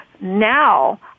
Now